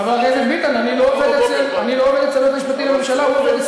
בשיטה שלי מחר בבוקר כבר,